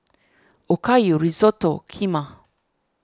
Okayu Risotto Kheema